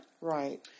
Right